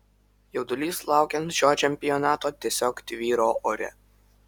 jaudulys laukiant šio čempionato tiesiog tvyro ore